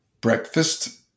Breakfast